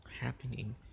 happening